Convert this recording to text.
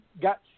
got